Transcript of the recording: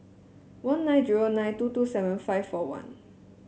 one nine zero nine two two seven five four one